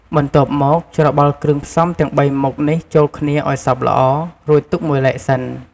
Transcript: បន្ទាប់មក ច្របល់គ្រឿងផ្សំទាំងបីមុខនេះចូលគ្នាឱ្យសព្វល្អ រួចទុកមួយឡែកសិន។